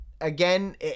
Again